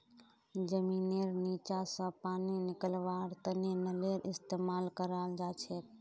जमींनेर नीचा स पानी निकलव्वार तने नलेर इस्तेमाल कराल जाछेक